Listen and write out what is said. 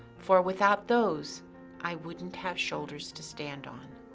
for without those i wouldn't have shoulders to stand on.